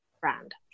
brand